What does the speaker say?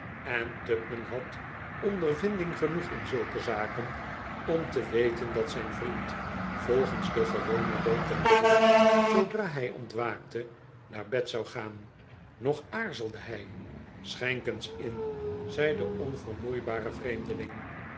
en tupman had ondervinding genoep in zulke zaken om te weten dat zijn vriend volgens den gewonen loop der dingen zoodra hij ontwaakte naar bed zou gaan nog aarzelde hij schenk eens in zei de onvermoeibare vreemdeling